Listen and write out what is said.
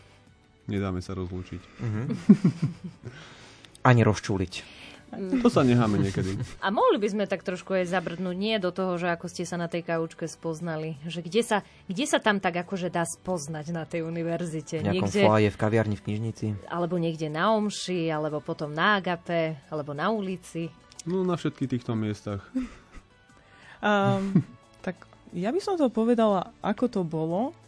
Nedáme sa rozlúčiť. Mhm. Ani rozčúliť. To sa necháme niekedy. A mohli by sme tak trošku aj zabrdnúť, nie do toho, že ako ste sa na tej kaučke spoznali, že kde sa- kde sa tam tak akože dá spoznať na tej univerzite? V nejakom Niekde- foaie, v kaviarni, v knižnici? Alebo niekde na omši, alebo potom na Agape, alebo na ulici? No, na všetkých týchto miestach. Ám, tak ja by som to povedala, ako to bolo.